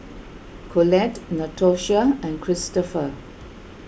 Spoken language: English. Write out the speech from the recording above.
Collette Natosha and Christoper